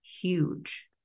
huge